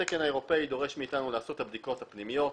התקן האירופאי דורש מאתנו לעשות את הבדיקות הפנימיות,